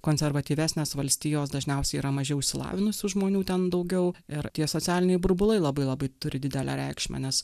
konservatyvesnės valstijos dažniausiai yra mažiau išsilavinusių žmonių ten daugiau ir tie socialiniai burbulai labai labai turi didelę reikšmę nes